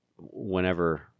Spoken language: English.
whenever